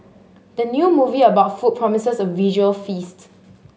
the new movie about food promises a visual feast